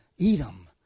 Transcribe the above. Edom